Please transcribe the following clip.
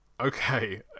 Okay